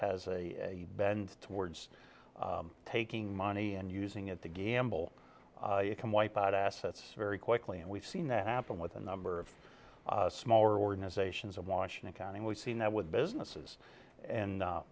has a bend towards taking money and using it to gamble you can wipe out assets very quickly and we've seen that happen with a number of smaller organizations of washington county we've seen that with businesses and